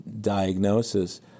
diagnosis